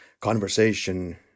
conversation